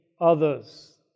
others